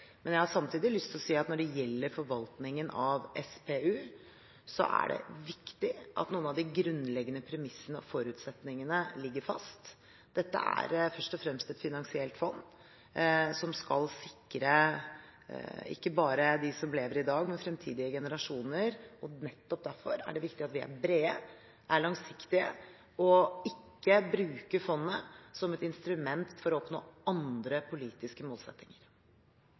Men jeg har samtidig lyst til å si at når det gjelder forvaltningen av SPU, er det viktig at noen av de grunnleggende premissene og forutsetningene ligger fast. Dette er først og fremst et finansielt fond som skal sikre ikke bare dem som lever i dag, men fremtidige generasjoner. Nettopp derfor er det viktig at vi er brede, langsiktige og ikke bruker fondet som et instrument for å oppnå andre politiske målsettinger.